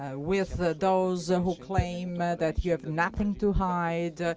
ah with ah those ah who claim that you have nothing to hide.